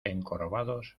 encorvados